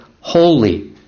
holy